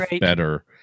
better